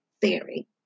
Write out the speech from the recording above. theory